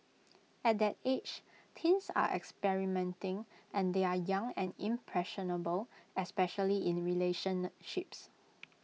at that age teens are experimenting and they are young and impressionable especially in relationships